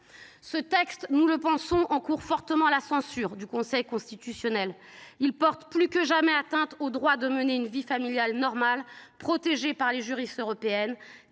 Ce texte encourt fortement la censure du Conseil constitutionnel. Il porte plus que jamais atteinte au droit de mener une vie familiale normale, protégé par la jurisprudence européenne